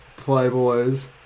Playboys